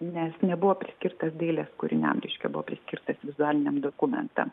nes nebuvo priskirtas dailės kūriniams reiškia buvo priskirtas vizualiniam dokumentam